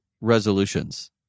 resolutions